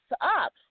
up